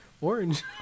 Orange